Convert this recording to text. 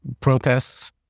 protests